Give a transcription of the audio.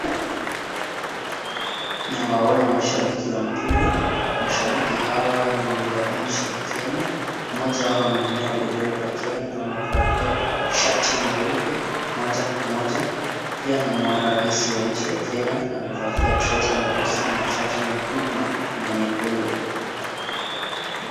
Nawaona mashabiki wa mpira, mashabiki hawa ni wa nchi ya Kenya, mmoja wao ameinua bendera ya Kenya na amevalia shati nyeupe moja kwa moja, pia namuona rais wa nchi ya Kenya amevalia trouser nyeusi na shati nyekundu na kofia nyekundu.